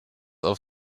auf